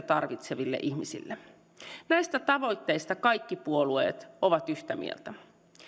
tarvitseville ihmisille näistä tavoitteista kaikki puolueet ovat yhtä mieltä